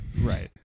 right